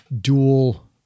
dual